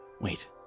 Wait